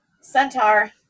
Centaur